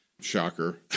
Shocker